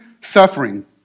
suffering